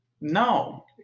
No